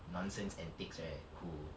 nonsense antics right who